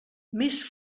més